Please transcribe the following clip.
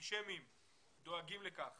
האנטישמים דואגים לכך